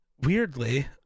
weirdly